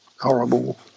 horrible